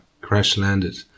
crash-landed